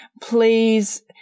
Please